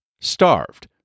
Starved